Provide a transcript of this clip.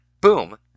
boom